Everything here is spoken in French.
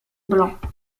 blanc